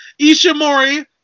Ishimori